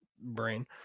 brain